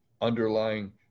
underlying